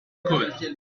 could